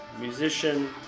musician